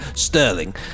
Sterling